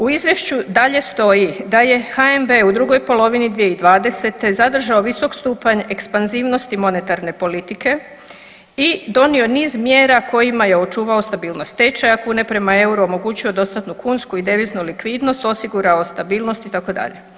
U izvješću dalje stoji da je HNB u drugoj polovini 2020. zadržao visok stupanj ekspanzivnost monetarne politike i donio niz mjera kojima je očuvao stabilnost tečaja kune prema EUR-u, omogućio dostatnu kunsku i deviznu likvidnost, osigurao stabilnost itd.